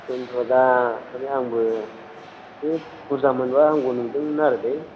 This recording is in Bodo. बेनोथ' दा माने आंबो एसे बुरजा मोनब्ला हामगौ नंदोंमोन आरो